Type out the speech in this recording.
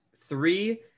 three